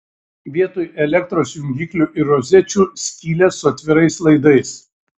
vietoj elektros jungiklių ir rozečių skylės su atvirais laidais